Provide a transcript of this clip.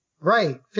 Right